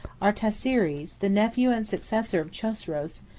artasires, the nephew and successor of chosroes,